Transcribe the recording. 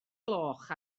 gloch